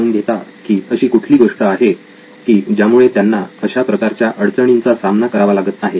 जाणून घेता की अशी कुठली गोष्ट आहे की ज्यामुळे त्यांना अशा प्रकारच्या अडचणींचा सामना करावा लागत आहे